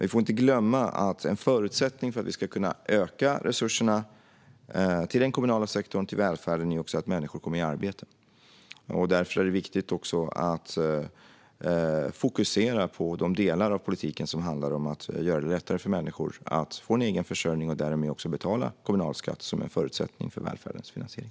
Vi får inte glömma att en förutsättning för att vi ska kunna öka resurserna till den kommunala sektorn och till välfärden är att människor kommer i arbete. Därför är det också viktigt att fokusera på de delar av politiken som handlar om att göra det lättare för människor att få en egen försörjning och därmed också betala kommunalskatt, vilket är en förutsättning för välfärdens finansiering.